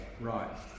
Right